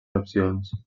opcions